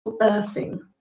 earthing